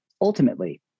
Ultimately